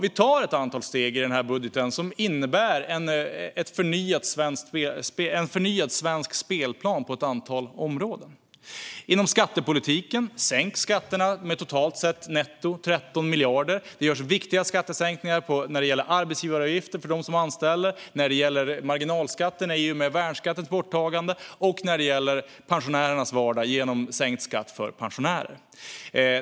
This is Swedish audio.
Vi tar ett antal steg i den här budgeten som innebär en förnyad svensk spelplan på ett antal områden. Inom skattepolitiken sänks skatterna med totalt sett netto 13 miljarder. Det görs viktiga skattesänkningar när det gäller arbetsgivaravgifter för dem som anställer, när det gäller marginalskatten i och med värnskattens borttagande och när det gäller pensionärernas vardag i och med sänkt skatt för pensionärer.